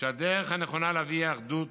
שהדרך הנכונה להביא לאחדות